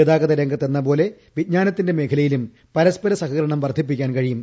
ഗതാഗത രംഗത്തെന്ന പോലെ വിജ്ഞാനത്തിന്റെ മേഖലയിലും പരസ്പര സഹകരണം വർദ്ധിപ്പിക്കാൻ കഴിയും